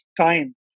time